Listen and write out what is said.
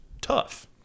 tough